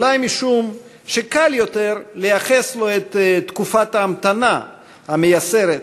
אולי משום שקל יותר לייחס לו את "תקופת ההמתנה" המייסרת,